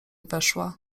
weszła